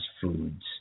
foods